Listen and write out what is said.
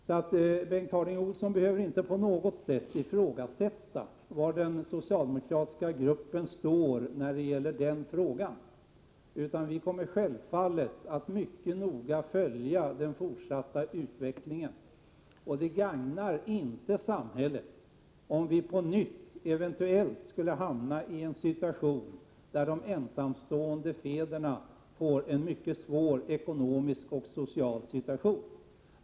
Bengt Harding Olson behöver således inte på något sätt ifrågasätta var den socialdemokratiska gruppen står i denna fråga. Vi kommer självfallet att följa den fortsatta utvecklingen mycket noga. Det gagnar inte samhället om vi på nytt hamnar i ett läge där de ensamstående fäderna får en mycket svår ekonomisk och social situation.